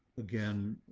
again,